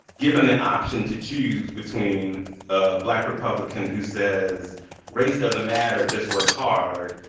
given the option to choose between a black republican who says race doesn't matter, just work hard,